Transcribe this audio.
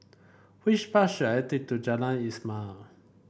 which bus should I take to Jalan Ismail